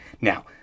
now